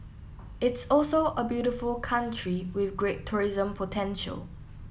it's also a beautiful country with great tourism potential